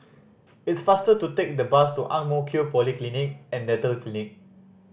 it's faster to take the bus to Ang Mo Kio Polyclinic and Dental Clinic